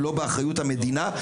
ולא באחריות המדינה.